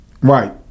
Right